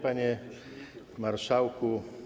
Panie Marszałku!